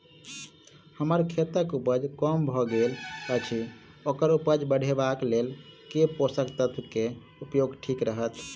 हम्मर खेतक उपज कम भऽ गेल अछि ओकर उपज बढ़ेबाक लेल केँ पोसक तत्व केँ उपयोग ठीक रहत?